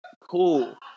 cool